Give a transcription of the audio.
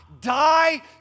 Die